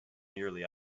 nearly